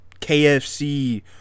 KFC